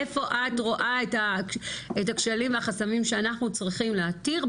איפה את רואה את הכשלים והחסמים שאנחנו צריכים להתיר,